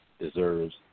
deserves